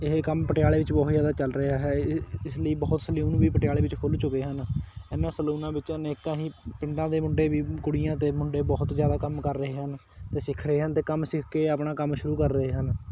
ਇਹ ਕੰਮ ਪਟਿਆਲੇ ਵਿੱਚ ਬਹੁਤ ਜ਼ਿਆਦਾ ਚੱਲ ਰਿਹਾ ਹੈ ਇਸ ਲਈ ਬਹੁਤ ਸਲਿਊਨ ਵੀ ਪਟਿਆਲੇ ਵਿੱਚ ਖੁੱਲ੍ਹ ਚੁੱਕੇ ਹਨ ਇਹਨਾਂ ਸਲੂਨਾਂ ਵਿੱਚ ਅਨੇਕਾਂ ਹੀ ਪਿੰਡਾਂ ਦੇ ਮੁੰਡੇ ਵੀ ਕੁੜੀਆਂ ਅਤੇ ਮੁੰਡੇ ਬਹੁਤ ਜ਼ਿਆਦਾ ਕੰਮ ਕਰ ਰਹੇ ਹਨ ਅਤੇ ਸਿੱਖ ਰਹੇ ਹਨ ਅਤੇ ਕੰਮ ਸਿੱਖ ਕੇ ਆਪਣਾ ਕੰਮ ਸ਼ੁਰੂ ਕਰ ਰਹੇ ਹਨ